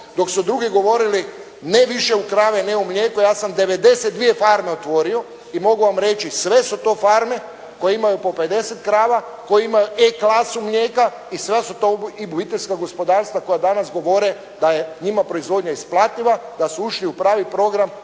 dok su drugi ne više u krave, ne u mlijeko ja sam 92 farme otvorio i mogu vam reći sve su to farme koje imaju po 50 krava, koje ima E klasu mlijeka i sva su to i obiteljska gospodarstva koja danas govore da je njima proizvodnja isplativa, da su ušli u pravi program